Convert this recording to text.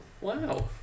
wow